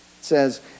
says